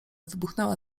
wybuchnęła